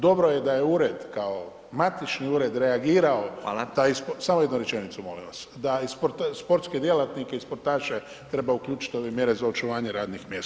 Dobro je da je Ured kao matični ured reagirao [[Upadica: Hvala.]] taj, samo jednu rečenicu, molim vas, da sportske djelatnike i sportaše treba uključiti u ove mjere za očuvanje radnih mjesta.